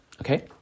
okay